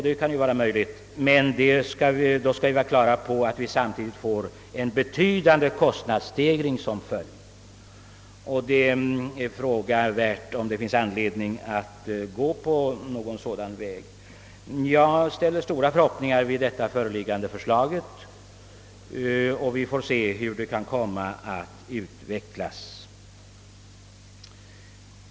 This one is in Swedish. Då skall vi emellertid ha klart för oss att vi samtidigt får en betydande kostnadsstegring som följd. Det kan därför ifrågasättas om det finns anledning att gå på en sådan väg. Jag fäster stora förhoppningar vid det föreliggande förslaget; vi får se hur det kan komma att utvecklas.